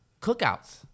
Cookouts